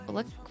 Look